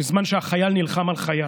בזמן שהחייל נלחם על חייו.